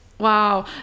wow